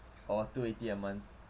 or two eighty a month